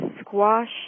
squash